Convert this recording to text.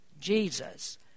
Jesus